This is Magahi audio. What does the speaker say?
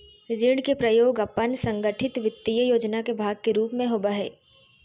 ऋण के प्रयोग अपन संगठित वित्तीय योजना के भाग के रूप में होबो हइ